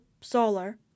Solar